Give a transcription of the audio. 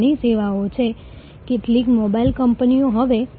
ગ્રાહકો માટે સરેરાશ કેટલો સમય કંપની સાથે રહે છે